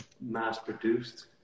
mass-produced